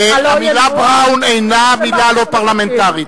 המלה "בראון" אינה מלה לא פרלמנטרית.